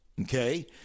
Okay